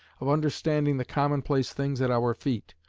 of understanding the commonplace things at our feet,